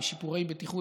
בשיפורי בטיחות,